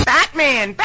Batman